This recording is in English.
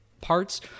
parts